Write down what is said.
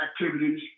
activities